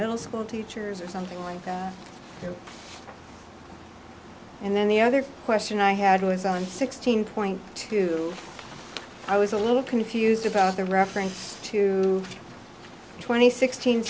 middle school teachers or something like that and then the other question i had was on sixteen point two i was a little confused about the reference to twenty sixteen